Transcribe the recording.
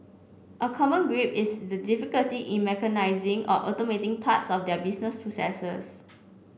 a common gripe is the difficulty in mechanising or automating parts of their business processes